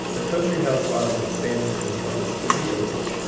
the country house lot was expanded to encompass three acres,